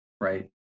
Right